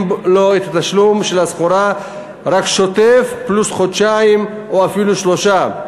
לו את התשלום על הסחורה רק שוטף פלוס חודשיים או אפילו שלושה,